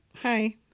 Hi